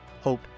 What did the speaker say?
hope